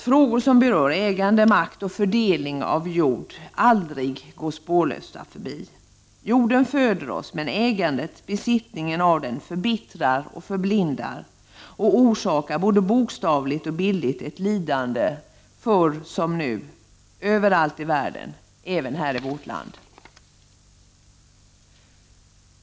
Frågor som berör ägande, makt och fördelning av jord går alltså aldrig spårlöst förbi. Jorden föder oss, men ägandet, dvs. besittningen av jorden, förbittrar och förblindar oss, och den orsakar både bokstavligt och bildligt ett lidande — förr och nu, överallt i världen.